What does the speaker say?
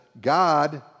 God